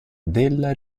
della